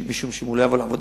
משום שאם הוא לא יבוא לעבודה